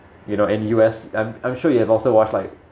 you know and U_S I'm I'm sure you have also watched like